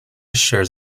shares